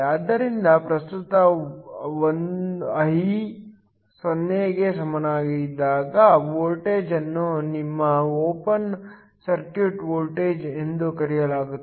ಆದ್ದರಿಂದ ಪ್ರಸ್ತುತ I 0 ಕ್ಕೆ ಸಮಾನವಾದಾಗ ವೋಲ್ಟೇಜ್ ಅನ್ನು ನಿಮ್ಮ ಓಪನ್ ಸರ್ಕ್ಯೂಟ್ ವೋಲ್ಟೇಜ್ ಎಂದು ಕರೆಯಲಾಗುತ್ತದೆ